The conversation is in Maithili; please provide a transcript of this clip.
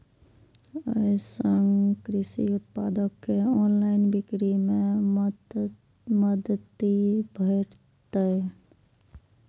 अय सं कृषि उत्पाद के ऑनलाइन बिक्री मे मदति भेटतै